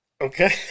Okay